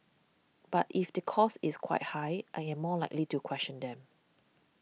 but if the cost is quite high I am more likely to question them